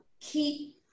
keep